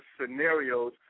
scenarios